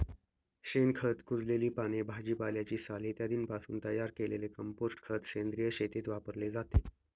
शेणखत, कुजलेली पाने, भाजीपाल्याची साल इत्यादींपासून तयार केलेले कंपोस्ट खत सेंद्रिय शेतीत वापरले जाते